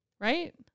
Right